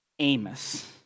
Amos